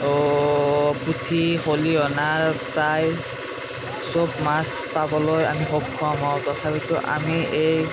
পুঠি খলিহনা প্ৰায় চব মাছ পাবলৈ আমি সক্ষম হওঁ তথাপিতো আমি এই